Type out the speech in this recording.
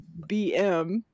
BM